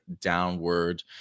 downward